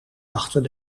achter